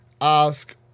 ask